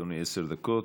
בבקשה, אדוני, עשר דקות.